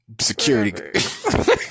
security